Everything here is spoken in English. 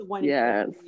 Yes